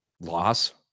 Loss